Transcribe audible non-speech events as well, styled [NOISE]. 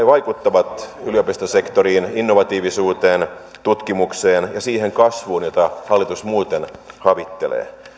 [UNINTELLIGIBLE] vaikuttavat yliopistosektoriin innovatiivisuuteen tutkimukseen ja siihen kasvuun jota hallitus muuten havittelee